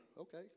Okay